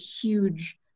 huge